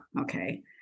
okay